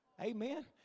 Amen